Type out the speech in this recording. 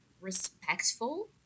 respectful